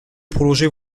prolonger